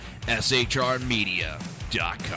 SHRmedia.com